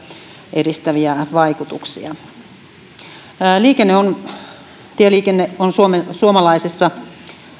edistäviä vaikutuksia tieliikenne on suomalaisessa